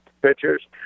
Pictures